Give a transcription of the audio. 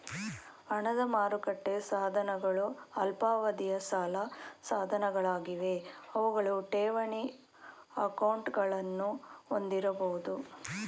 ಹಣದ ಮಾರುಕಟ್ಟೆ ಸಾಧನಗಳು ಅಲ್ಪಾವಧಿಯ ಸಾಲ ಸಾಧನಗಳಾಗಿವೆ ಅವುಗಳು ಠೇವಣಿ ಅಕೌಂಟ್ಗಳನ್ನ ಹೊಂದಿರಬಹುದು